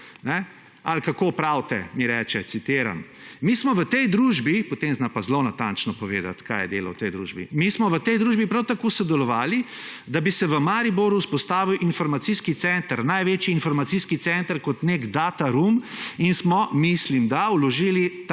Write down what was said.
Ali kako pravite, mi reče, citiram. »Mi smo v tej družbi…«, potem zna pa zelo natančno povedat, kaj je delal v tej družbi. »Mi smo v tej družbi prav tako sodelovali, da bi se v Mariboru vzpostavil informacijski center, največji informacijski center, kot nek data room in smo, mislim da, vložili